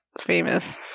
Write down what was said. famous